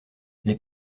les